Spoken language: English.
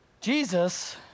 Jesus